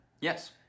Yes